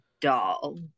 doll